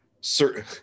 certain